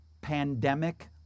pandemic